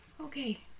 Okay